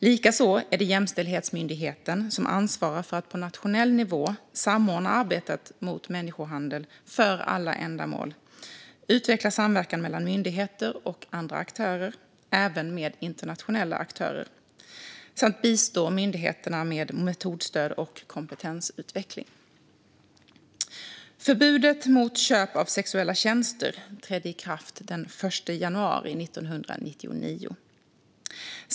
Likaså är det Jämställdhetsmyndigheten som ansvarar för att på nationell nivå samordna arbetet mot människohandel för alla ändamål, utveckla samverkan mellan myndigheter och andra aktörer - även internationella aktörer - samt bistå myndigheterna med metodstöd och kompetensutveckling. Förbudet mot köp av sexuella tjänster trädde i kraft den 1 januari 1999.